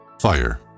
Fire